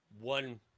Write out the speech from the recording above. one